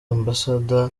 ambasade